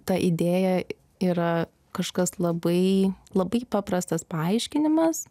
ta idėja yra kažkas labai labai paprastas paaiškinimas